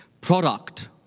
Product